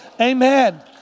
Amen